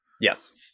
Yes